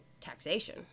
taxation